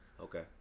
Okay